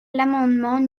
l’amendement